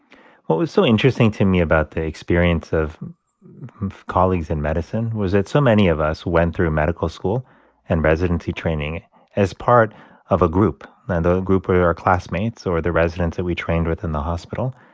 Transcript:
what was so interesting to me about the experience of colleagues in medicine was that so many of us went through medical school and residency training as part of a group. the group were our classmates or the residents that we trained with in the hospital.